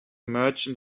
merchant